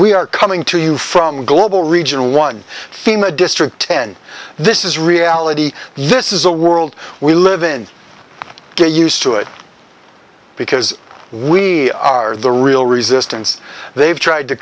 we are coming to you from global regional one thema district ten this is reality you this is a world we live in get used to it because we are the real resistance they've tried to